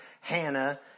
Hannah